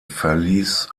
verließ